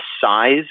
size